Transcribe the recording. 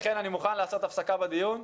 לכן אני מוכן לעשות הפסקה בדיון,